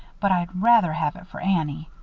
but i'd rather have it for annie.